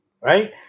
right